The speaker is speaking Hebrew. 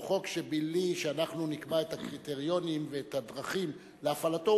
שהוא חוק שבלי שאנחנו נקבע את הקריטריונים ואת הדרכים להפעלתו,